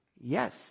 yes